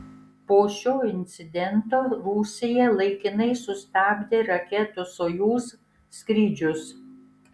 po šio incidento rusija laikinai sustabdė raketų sojuz skrydžius